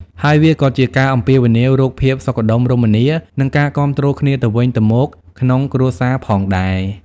ហើយវាក៏ជាការអំពាវនាវរកភាពសុខដុមរមនា និងការគាំទ្រគ្នាទៅវិញទៅមកក្នុងគ្រួសារផងដែរ។